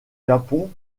japon